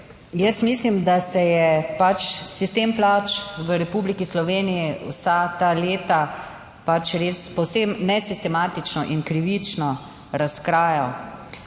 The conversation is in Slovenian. jaz mislim, da se je pač sistem plač v Republiki Sloveniji vsa ta leta pač res povsem nesistematično in krivično razkrajal.